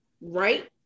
right